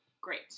Great